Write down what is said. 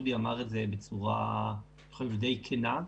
כפי שאודי אמר בצורה די כנה.